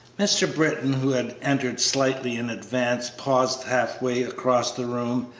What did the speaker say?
mr. britton, who had entered slightly in advance, paused half-way across the room,